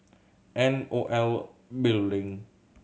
N O L Building